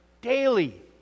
daily